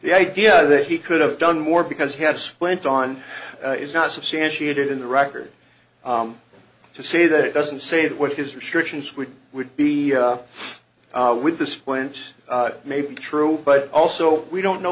the idea that he could have done more because he had a splint on is not substantiated in the record to say that it doesn't say what his restrictions would would be with the splint may be true but also we don't know